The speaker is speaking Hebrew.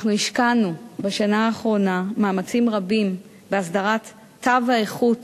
השקענו בשנה האחרונה מאמצים רבים בהסדרת תו האיכות